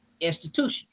institution